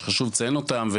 שחשוב לציין אותם.